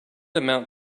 amount